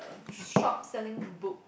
shop selling book